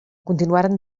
continuaren